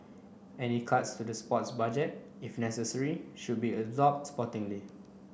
any cuts to the sports budget if necessary should be absorbed sportingly